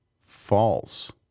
false